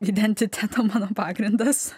identiteto mano pagrindas